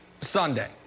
Sunday